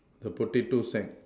the potato sack